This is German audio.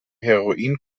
heroin